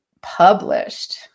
published